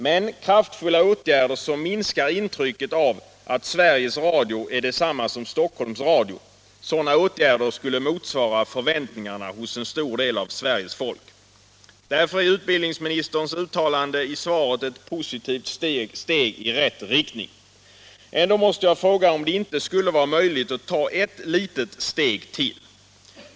Men kraftfulla åtgärder som minskar intrycket av att Sveriges Radio är detsamma som Stockholms Radio skulle motsvara förväntningarna hos en stor del av Sveriges folk. Därför är utbildningsministerns uttalande i svaret ett positivt steg i rätt riktning. Ändå måste jag fråga om det inte skulle vara möjligt att ta ett litet steg till.